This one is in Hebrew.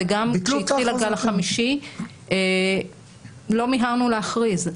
וגם כשהתחיל הגל החמישי לא מיהרנו להכריז.